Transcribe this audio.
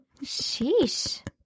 sheesh